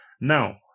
Now